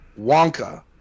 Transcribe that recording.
Wonka